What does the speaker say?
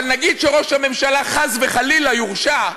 אבל נגיד שראש הממשלה, חס וחלילה, יורשע.